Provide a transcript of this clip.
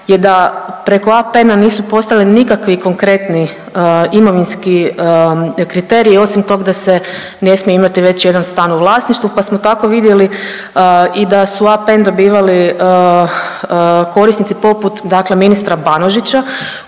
je da preko APN-a nisu postojali nikakvi konkretni imovinski kriteriji osim tog da se ne smije imat već jedan stan u vlasništvu, pa smo tako vidjeli i da su APN dobivali korisnici poput dakle ministra Banožića